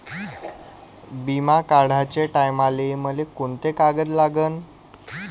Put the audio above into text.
बिमा काढाचे टायमाले मले कोंते कागद लागन?